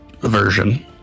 version